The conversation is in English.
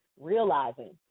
realizing